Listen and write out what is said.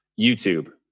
YouTube